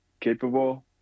capable